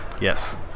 Yes